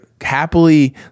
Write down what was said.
happily